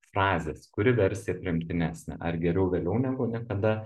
frazės kuri versija priimtinesnė ar geriau vėliau negu niekada